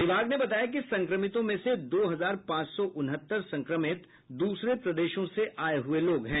विभाग ने बताया कि संक्रमितों में से दो हजार पांच सौ उनहत्तर संक्रमित दूसरे प्रदेशों से आए हुए लोग हैं